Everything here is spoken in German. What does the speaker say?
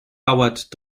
dauert